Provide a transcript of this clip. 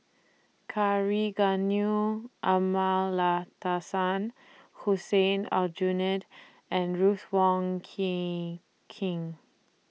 Kavignareru Amallathasan Hussein Aljunied and Ruth Wong King King